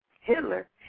Hitler